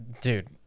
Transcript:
dude